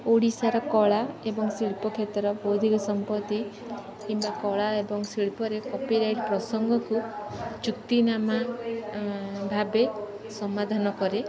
ଓଡ଼ିଶାର କଳା ଏବଂ ଶିଳ୍ପ କ୍ଷେତ୍ର ବୌଦ୍ଧିକ ସମ୍ପତ୍ତି କିମ୍ବା କଳା ଏବଂ ଶିଳ୍ପରେ କପିରାଇଟ୍ ପ୍ରସଙ୍ଗକୁ ଚୁକ୍ତି ନାମା ଭାବେ ସମାଧାନ କରେ